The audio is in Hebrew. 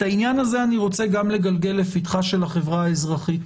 את העניין הזה אני רוצה לגלגל גם לפתחה של החברה האזרחית.